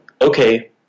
okay